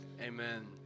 Amen